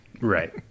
right